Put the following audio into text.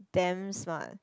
damn smart